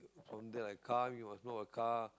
so if like car you must know a car